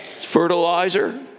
Fertilizer